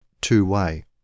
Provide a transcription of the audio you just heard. two-way